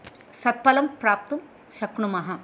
सत्फलं प्राप्तुं शक्नुमः